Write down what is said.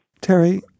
Terry